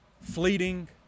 fleeting